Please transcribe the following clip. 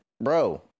bro